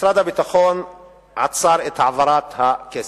משרד הביטחון עצר את העברת הכסף.